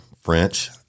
French